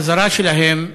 בחזרה שלהם,